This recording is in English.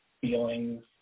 feelings